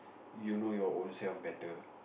you know your ownself better